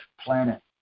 planet